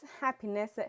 happiness